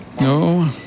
No